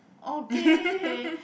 okay